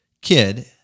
kid